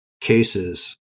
cases